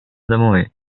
домой